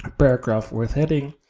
ah paragraph with heading,